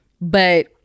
but-